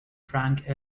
frank